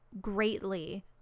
greatly